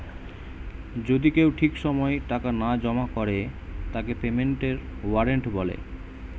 যদি কেউ ঠিক সময় টাকা না জমা করে তাকে পেমেন্টের ওয়ারেন্ট বলে